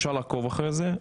אפשר לעקוב אחרי זה,